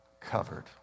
covered